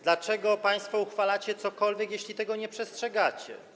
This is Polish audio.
Dlaczego państwo uchwalacie cokolwiek, jeśli tego nie przestrzegacie?